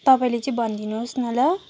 तपाईँले चाहिँ भनिदिनुहोस् न ल